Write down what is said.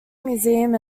museum